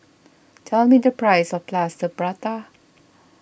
tell me the price of Plaster Prata